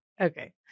Okay